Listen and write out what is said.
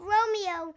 Romeo